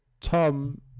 Tom